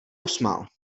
usmál